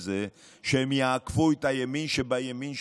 מזה שהם יעקפו את הימין שבימין שבימין.